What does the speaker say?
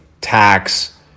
tax